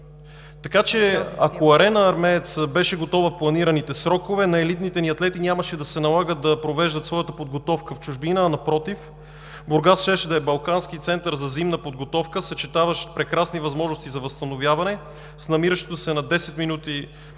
Така че ако „Арена Армеец“ беше готова в планираните срокове, на елитните ни атлети нямаше да се налага да провеждат своята подготовка в чужбина, а напротив, Бургас щеше да е балкански център за взаимна подготовка, съчетаващ прекрасни възможности за възстановяване с намиращото се на десет минути път от